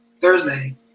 Thursday